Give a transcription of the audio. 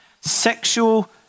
Sexual